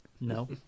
No